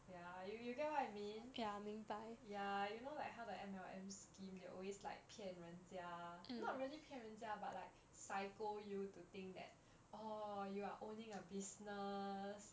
ya you you get what I mean ya you know like how the M_L_M scheme they always like 骗人家 not really 骗人家 but like psycho you to think that orh you are owning a business